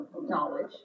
knowledge